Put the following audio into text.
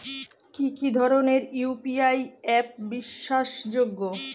কি কি ধরনের ইউ.পি.আই অ্যাপ বিশ্বাসযোগ্য?